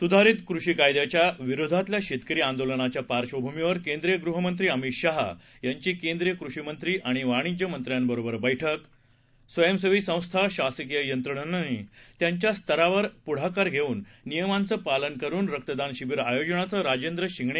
सुधारीत कृषी कायद्यांच्या विरोधातल्या शेतकरी आंदोलनाच्या पार्श्वभूमीवर केंद्रीय गृहमंत्री अमित शहा यांची केंद्रीय कृषी मंत्री आणि वाणिज्य मंत्र्यांबरोबर बैठक स्वयंसेवी संस्था शासकीय यंत्रणांनी त्यांच्या स्तरावर पुढाकार घेऊन नियमांचं पालन करुन रक्तदान शिबिर आयोजण्याचं राजेंद्र शिंगणे